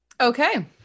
okay